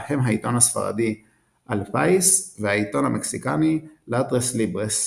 בהם העיתון הספרדי "אל פאיס" והעיתון המקסיקני "לטרס ליברס".